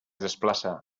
desplaça